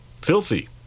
filthy